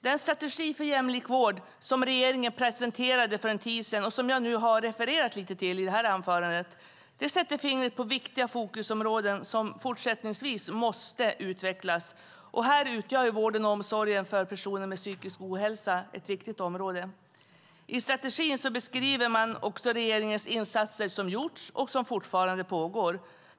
Den strategi för jämlik vård som regeringen presenterade för en tid sedan och som jag har refererat lite till i det här anförandet sätter fingret på viktiga fokusområden som fortsättningsvis måste utvecklas. Här utgör vården och omsorgen för personer med psykisk ohälsa ett viktigt område. I strategin beskriver man också de insatser som regeringen har gjort och som pågår.